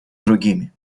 другими